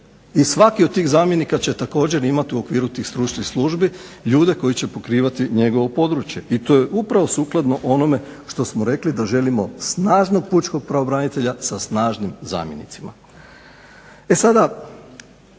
i svaki od tih zamjenika će također imat u okviru tih stručnih službi ljude koji će pokrivati njegovo područje i to je upravo sukladno onome što smo rekli da želimo snažnog pučkog pravobranitelja sa snažnim zamjenicima. E sada,